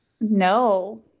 No